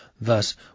Thus